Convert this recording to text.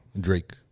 Drake